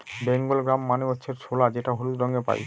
Bengal gram মানে হচ্ছে ছোলা যেটা হলুদ রঙে পাই